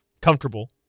comfortable